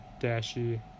Dashie